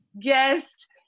guest